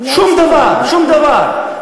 שום דבר, שום דבר.